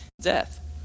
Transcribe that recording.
death